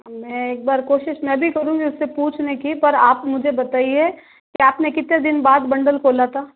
मैं एक बार कोशिश मैं भी करूंगी उससे पूछने की पर आप मुझे बताइए कि आपने कितने दिन बाद बंडल खोला था